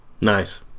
Nice